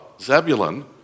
Zebulun